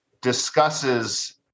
discusses